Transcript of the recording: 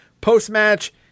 post-match